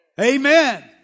Amen